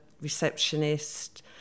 receptionist